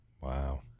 Wow